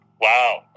Wow